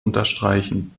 unterstreichen